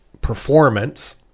performance